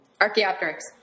Archaeopteryx